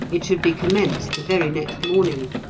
it should be commenced the very next morning.